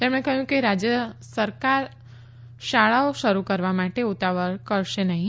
તેમણે કહયું કે રાજય સરકાર શાળાઓ શરૂ કરવા માટે ઉતાવળ કરશે નહી